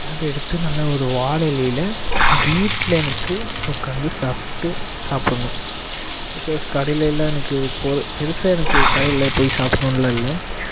அதை எடுத்து நல்லா ஒரு வாழை இலையில் வீட்டில் எனக்கு உக்காந்து சாப்பிட்டு சாப்பிடணும் பிகாஸ் கடையிலெலாம் எனக்கு போ பெருசாக எனக்கு கடையில் போய் சாப்பிடணுனாலாம் இல்லை